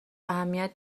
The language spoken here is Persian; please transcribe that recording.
اهمیت